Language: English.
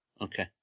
Okay